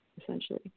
essentially